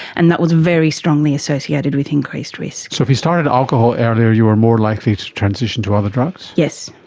and that was very strongly associated with increased risk. so if you started alcohol earlier you were more likely to transition to other drugs? yes,